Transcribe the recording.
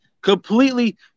completely